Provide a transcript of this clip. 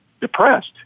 depressed